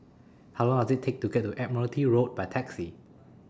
How Long Does IT Take to get to Admiralty Road By Taxi